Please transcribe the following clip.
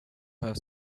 her